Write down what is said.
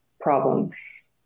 problems